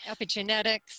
epigenetics